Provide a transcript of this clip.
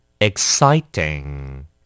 Exciting